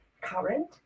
current